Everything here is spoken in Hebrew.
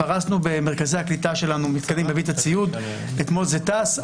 פרסנו במרכזי הקליטה שלנו מתקנים ואתמול זה טס.